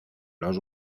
los